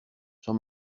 jean